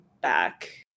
back